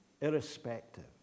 irrespective